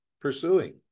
pursuing